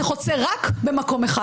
זה חוצה רק במקום אחד.